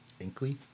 Inkly